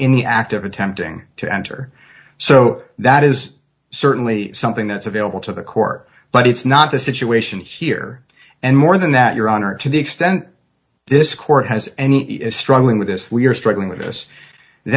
of attempting to enter so that is certainly something that's available to the court but it's not the situation here and more than that your honor to the extent this court has any is struggling with this we're struggling with this and